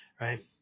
right